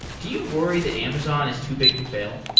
do you worry that amazon is too big to fail?